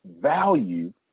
value